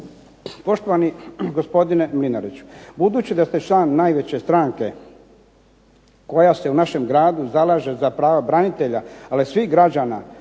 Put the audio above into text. Poštovani gospodine Mlinariću! Budući da ste član najveće stranke koja se u našem gradu zalaže za prava branitelja, ali i svih građana,